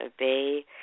obey